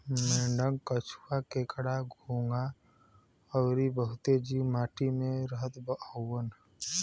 मेंढक, केंचुआ, केकड़ा, घोंघा अउरी बहुते जीव माटी में रहत हउवन